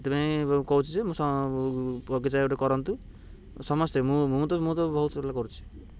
ସେଥିପାଇଁ କହୁଛି ଯେ ମୁଁ ବଗିଚା ଗୋଟେ କରନ୍ତୁ ସମସ୍ତେ ମୁଁ ମୁଁ ତ ମୁଁ ତ ବହୁତ ଭଲ କରୁଛି